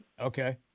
Okay